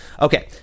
Okay